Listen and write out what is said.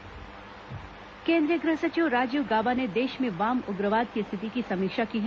वाम उग्रवाद समीक्षा केन्द्रीय गृह सचिव राजीव गाबा ने देश में वाम उग्रवाद की स्थिति की समीक्षा की है